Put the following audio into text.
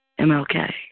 MLK